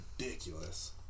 ridiculous